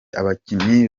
abakinnyi